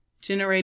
generate